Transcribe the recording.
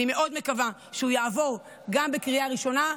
אני מאוד מקווה שהוא יעבור גם בקריאה ראשונה,